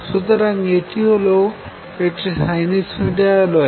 সুতরাং এটি হল একটি সাইনুসইডাল ওয়েভ